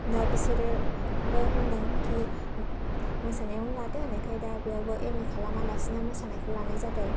दा बिसोरबो होनदों खि मोसानायावनो लादो होननायखाय दा बेयावबो एम ए खालामालासेनो मोसानायखौ लानाय जादों